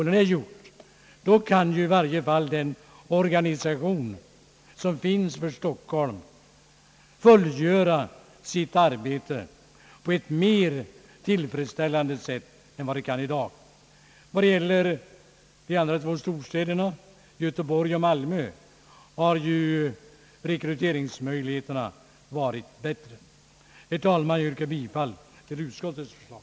När det är gjort, kan i varje fall den organisation som finns för Stockholm fullgöra sitt arbete på ett mer tillfredsställande sätt än vad den i dag kan. Beträffande de två övriga storstäderna, Göteborg och Malmö, har rekryteringsmöjligheterna «varit bättre. Herr talman! Jag yrkar bifall till utskottets förslag.